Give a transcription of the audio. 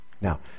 now